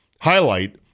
highlight